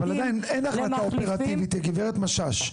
אבל עדיין אין החלטה אופרטיבית, הגברת משש.